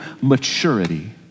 maturity